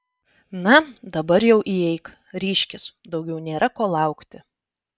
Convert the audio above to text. na dabar jau įeik ryžkis daugiau nėra ko laukti